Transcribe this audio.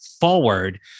forward